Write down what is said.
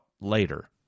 later